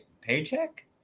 paycheck